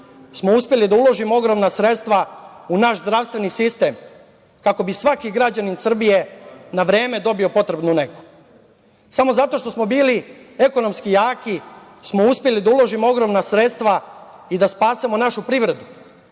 smo uspeli da uložimo ogromna sredstva u naš zdravstveni sistem kako bi svaki građanin Srbije na vreme dobio potrebnu negu. Samo zato što smo bili ekonomski jaki smo uspeli da uložimo ogromna sredstva i da spasemo našu privredu,